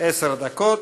עשר דקות.